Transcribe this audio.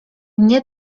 mnie